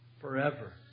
Forever